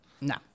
No